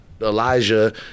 elijah